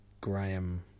Graham